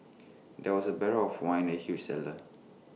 there were barrels of wine in the huge cellar